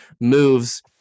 moves